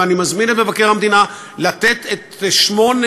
ואני מזמין את מבקר המדינה לתת את שמונה,